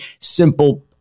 simple